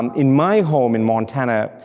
um in my home in montana,